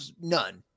none